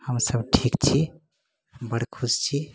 हमसब ठीक छी बड़ खुश छी